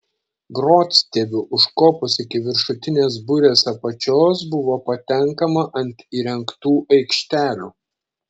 grotstiebiu užkopus iki viršutinės burės apačios buvo patenkama ant įrengtų aikštelių